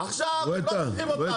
עכשיו לא צריכים אותנו,